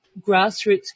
grassroots